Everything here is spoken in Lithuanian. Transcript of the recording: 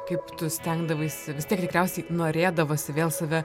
kaip tu stengdavaisi vis tiek tikriausiai norėdavosi vėl save